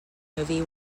movie